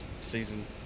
season